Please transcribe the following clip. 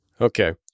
Okay